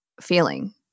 feeling